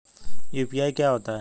UPI क्या होता है?